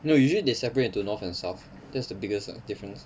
no usually they seperate into north and south that's the biggest difference